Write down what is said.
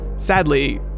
Sadly